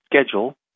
schedule